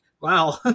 wow